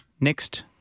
Next